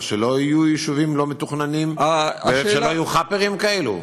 שלא יהיו יישובים לא-מתוכננים ושלא יהיו חאפערים כאלו?